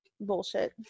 bullshit